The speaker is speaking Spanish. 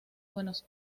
buenos